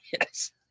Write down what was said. Yes